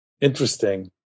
interesting